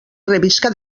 servisca